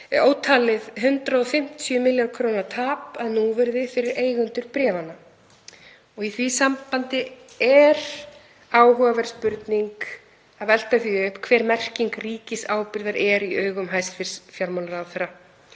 ótalið 150 milljarða kr. tap að núvirði fyrir eigendur bréfanna. Í því sambandi er áhugaverð spurning að velta því upp hver merking ríkisábyrgðar er í augum hæstv. fjármálaráðherra,